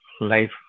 life